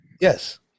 yes